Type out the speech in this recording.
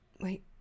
Wait